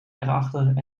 erachter